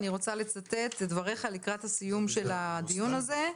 אני רוצה לצטט את דבריך לקראת הסיום של הדיון הזה,